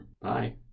Bye